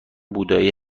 بودایی